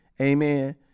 Amen